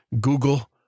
Google